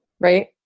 right